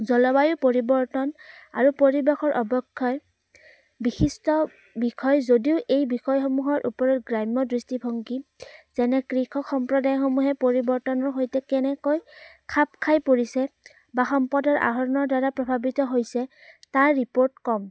জলবায়ু পৰিৱৰ্তন আৰু পৰিৱেশৰ অৱক্ষয় বিশিষ্ট বিষয় যদিও এই বিষয়সমূহৰ ওপৰত গ্ৰাম্য দৃষ্টিভংগী যেনে কৃষক সম্প্ৰদায়সমূহে পৰিৱৰ্তনৰ সৈতে কেনেকৈ খাপ খাই পৰিছে বা সম্পদৰ আহৰণৰ দ্বাৰা প্ৰভাৱিত হৈছে তাৰ ৰিপৰ্ট কম